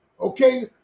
Okay